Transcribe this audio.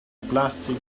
plastic